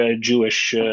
Jewish